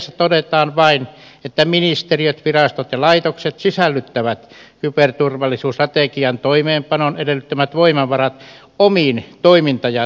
strategiassa todetaan vain että ministeriöt virastot ja laitokset sisällyttävät kyberturvallisuusstrategian toimeenpanon edellyttämät voimavarat omiin toiminta ja taloussuunnitelmiinsa